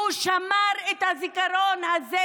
והוא שמר את הזיכרון הזה